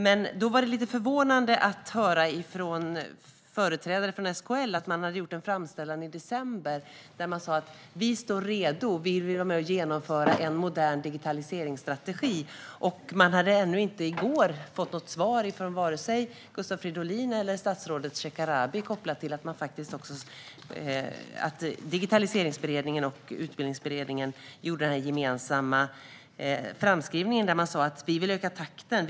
Men då var det lite förvånande att höra från företrädare för SKL att man hade gjort en framställan i december där man uttalade att man stod redo och ville vara med och genomföra en modern digitaliseringsstrategi men ännu i går inte hade fått något svar från vare sig Gustav Fridolin eller statsrådet Shekarabi. Det var en gemensam framställan av Digitaliseringsberedningen och Utbildningsberedningen där man sa: Vi vill öka takten!